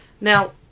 Now